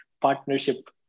partnership